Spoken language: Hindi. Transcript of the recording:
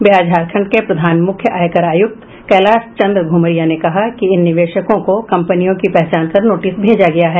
बिहार झारखंड के प्रधान मुख्य आयकर आयुक्त कैलाश चन्द्र घुमरिया ने कहा कि इन निवेशकों को कंपनियों की पहचान कर नोटिस भेजा गया है